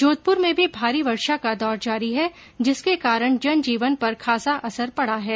जोधपुर में भी भारी वर्षा का दौर जारी है जिसके कारण जनजीवन पर खासा असर पडा है